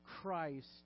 christ